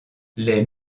les